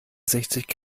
sechzig